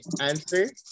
answer